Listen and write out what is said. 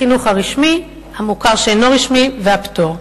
החינוך הרשמי, המוכר שאינו רשמי, והפטור.